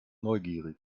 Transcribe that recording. neugierig